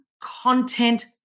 content